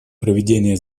проведения